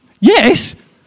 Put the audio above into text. Yes